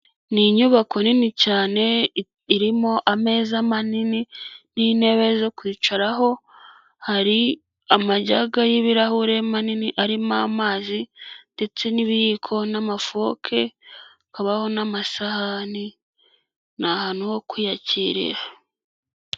Ni inyubako nini cyane irimo ameza manini n'intebe zo kwicaraho, hari amajyaga y'ibirahure manini arimo amazi ndetse n'ibiyiko n'amafoke, hakabaho n'amasahani, ni ahantu ho kwiyakirira.